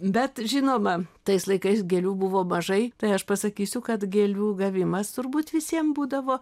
bet žinoma tais laikais gėlių buvo mažai tai aš pasakysiu kad gėlių gavimas turbūt visiem būdavo